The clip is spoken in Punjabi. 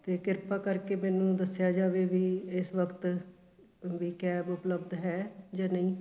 ਅਤੇ ਕਿਰਪਾ ਕਰਕੇ ਮੈਨੂੰ ਦੱਸਿਆ ਜਾਵੇ ਵੀ ਇਸ ਵਕਤ ਵੀ ਕੈਬ ਉਪਲਬਧ ਹੈ ਜਾਂ ਨਹੀਂ